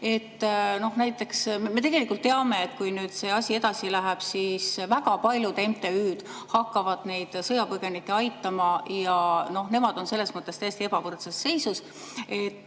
teiste ees. Me tegelikult teame, et kui see asi edasi läheb, siis väga paljud MTÜ-d hakkavad neid sõjapõgenikke aitama ja nemad on selles mõttes täiesti ebavõrdses seisus.